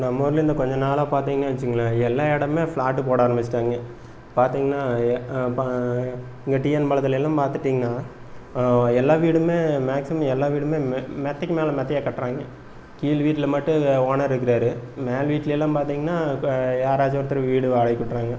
நம்ம ஊரில் இன்னும் கொஞ்ச நாளில் பார்த்தீங்கன்னா வச்சுங்களேன் எல்லா இடமுமே ஃப்ளாட்டு போட ஆரம்பிச்சுவிட்டாய்ங்க பார்த்தீங்கன்னா இங்கே டிஎன் பாளையத்தில் எல்லாம் பார்த்துட்டீங்கன்னா எல்லா வீடுமே மேக்சிமம் எல்லா வீடுமே மெ மெத்தைக்கு மேலே மெத்தையாக கட்டுறாய்ங்க கீழ் வீட்டில மட்டும் ஓனர் இருக்குறார் மேல் வீட்டில எல்லாம் பார்த்தீங்கன்னா இப்போ யாராச்சும் ஒருத்தர் வீடு வாடகைக்கு விட்டுறாய்ங்க